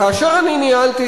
כאשר אני ניהלתי,